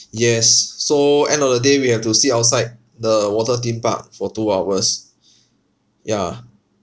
yes so end of the day we have to sit outside the water theme park for two hours ya